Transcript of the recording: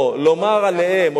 או לומר עליהם,